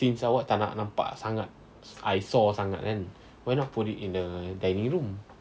since awak tak nak nampak sangat eyesore sangat kan why not put it in the dining room